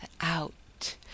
out